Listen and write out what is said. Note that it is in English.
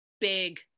big